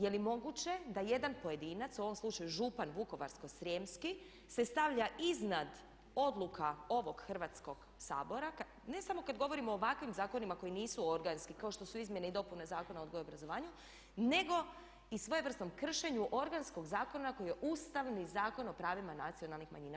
Je li moguće da jedan pojedinac, u ovom slučaju župan Vukovarsko-srijemski se stavlja iznad odluka ovog Hrvatskog sabora ne samo kad govorimo o ovakvim zakonima koji nisu organski kao što su izmjene i dopune Zakona o odgoju i obrazovanju nego i svojevrsnom kršenju organskog zakona koji je Ustavni zakon o pravima nacionalnih manjina.